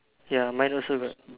ya mine also got